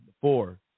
four